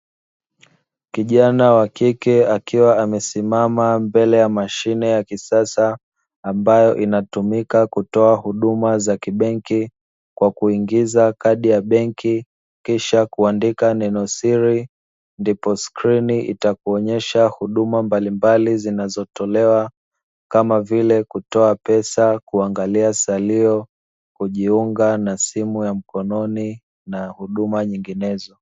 Kijana wa kike akiwa amesimam mbele ya mashine ya kisasa, ambayo inatumika kutoa huduma za kibenki kwa kuingiza kadi ya benki, kisha kuandika neno siri ndipo scrini itakuonyesha huduma mbalimbali zinazotolewa, kama vile kutoa pesa, kuangalia salio, kujiunga na simu ya mkononi na huduma nyinginezo.